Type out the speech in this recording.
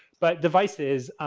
but devices.